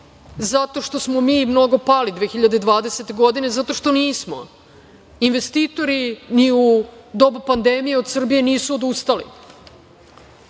zato što smo mi mnogo pali 2020. godine, zato što nismo. Investitori ni u doba pandemije od Srbije nisu